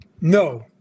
No